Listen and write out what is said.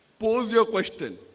pause your question.